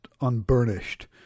unburnished